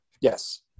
Yes